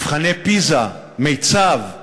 מבחני פיז"ה, מיצ"ב וכו',